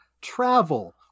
travel